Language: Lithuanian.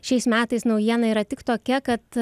šiais metais naujiena yra tik tokia kad